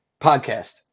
podcast